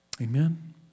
Amen